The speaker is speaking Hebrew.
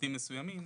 פרטים מסוימים